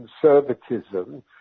conservatism